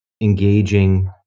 engaging